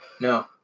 No